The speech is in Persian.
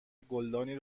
گلدانی